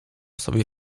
sobie